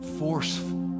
forceful